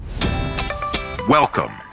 Welcome